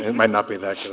and might not be that